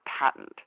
patent